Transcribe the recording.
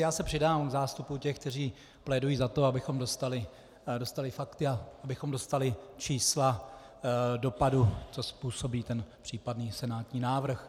Já se přidám k zástupu těch, kteří plédují za to, abychom dostali fakta, abychom dostali čísla dopadu, co způsobí případný senátní návrh.